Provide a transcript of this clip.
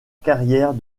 carrière